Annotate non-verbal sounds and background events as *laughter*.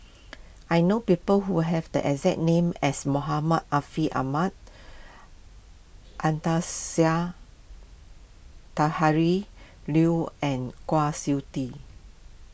I know people who have the exact name as Muhammad Ariff Ahmad Anastasia *unintelligible* Liew and Kwa Siew Tee